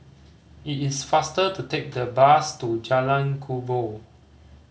it is faster to take the bus to Jalan Kubor